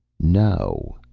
no!